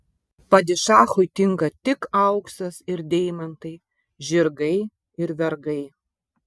padišachui tinka tik auksas ir deimantai žirgai ir vergai